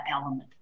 element